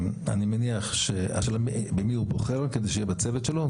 לא יצא בכלל והרוויח במהלך השנה רק 25,000